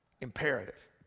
Imperative